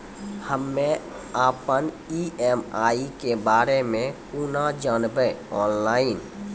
हम्मे अपन ई.एम.आई के बारे मे कूना जानबै, ऑनलाइन?